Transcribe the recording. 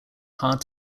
hard